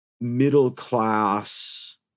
middle-class